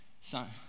son